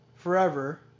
Forever